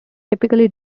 typically